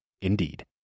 Indeed